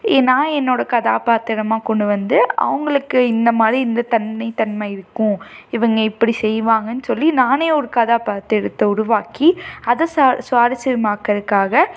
நான் என்னோட கதாப்பாத்தரமாக கொண்டு வந்து அவங்களுக்கு இந்தமாதிரி இந்த தனித்தன்மை இருக்கும் இவங்க இப்படி செய்வாங்கன்னு சொல்லி நானே ஒரு கதாப்பாத்திரத்தை உருவாக்கி அதை ச சுவாரஸ்யமாக்குறக்காக